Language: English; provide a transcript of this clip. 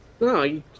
No